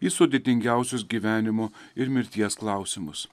į sudėtingiausius gyvenimo ir mirties klausimus